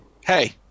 hey